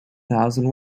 thousand